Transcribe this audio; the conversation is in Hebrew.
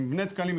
אם בני דקלים,